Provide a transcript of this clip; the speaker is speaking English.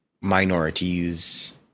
minorities